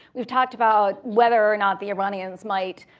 weve talked about whether or not the iranians might,